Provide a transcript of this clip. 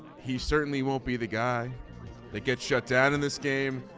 he certainly won't be the guy that gets shut down in this game.